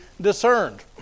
discerned